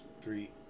three